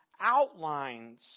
outlines